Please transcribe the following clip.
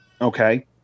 okay